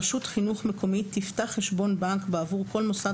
רשות חינוך מקומית תפתח חשבון בנק בעבור כל מוסד